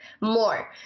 more